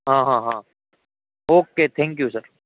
હહહ okay thank you sir